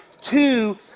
two